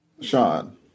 Sean